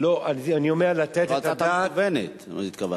אני אומר, לתת את הדעת, אבל להצתה מכוונת התכוונת.